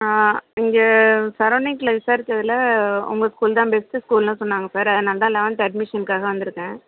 ஆ இங்கே சரவுண்டிங்ஸில் விசாரிச்சதில் உங்கள் ஸ்கூல் தான் பெஸ்ட்டு ஸ்கூல்ன்னு சொன்னாங்க சார் அதனால தான் லெவன்த் அட்மிஷனுக்காக வந்துருக்கேன்